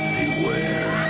beware